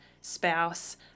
spouse